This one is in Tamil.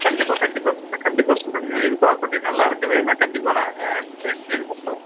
கண்டிப்பாக கண்டிப்பாக சொல்கிறேன் கண்டிப்பாக சொல்ககிறேன் உண்மையாகவே கோவல்பட்டி இது நல்லாயிருக்குது நான் கண்டிப்பாக நான் எக்ஸ்பிளெயின் பண்ணுறேன்